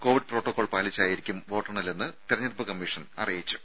Covid protocol പാലിച്ചായിരിക്കും വോട്ടെണ്ണലെന്ന് തെരഞ്ഞെടുപ്പ് കമ്മീഷണർ അറിയിച്ചു